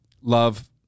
love